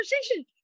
conversation